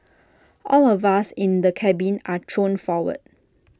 all of us in the cabin are thrown forward